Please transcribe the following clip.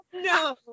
No